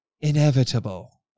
inevitable